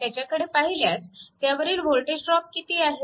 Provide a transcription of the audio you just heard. त्याच्याकडे पाहिल्यास त्यावरील वोल्टेज ड्रॉप किती आहे